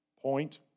Point